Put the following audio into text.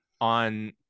on